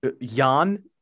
Jan